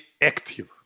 active